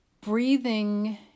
breathing